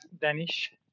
danish